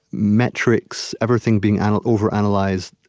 metrics, everything being and overanalyzed,